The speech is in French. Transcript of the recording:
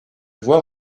voie